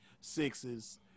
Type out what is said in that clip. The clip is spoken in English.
sixes